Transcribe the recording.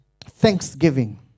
Thanksgiving